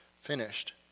finished